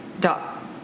dot